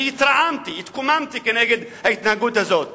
אני התרעמתי, התקוממתי כנגד ההתנהגות הזאת.